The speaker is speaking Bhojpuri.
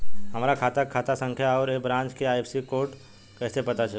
हमार खाता के खाता संख्या आउर ए ब्रांच के आई.एफ.एस.सी कोड कैसे पता चली?